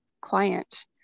client